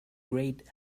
great